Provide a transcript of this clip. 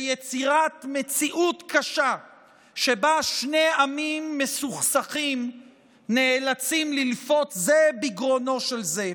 ביצירת מציאות קשה שבה שני עמים מסוכסכים ללפות זה בגרונו של זה.